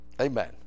Amen